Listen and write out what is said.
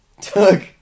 took